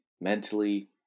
mentally